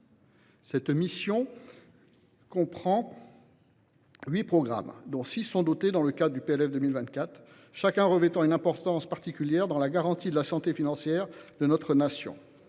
Cette mission comprend huit programmes, dont six sont dotés dans le cadre du PLF 2024, chacun revêtant une importance particulière dans la garantie de la santé financière de notre nation.